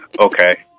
Okay